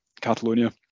Catalonia